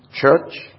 Church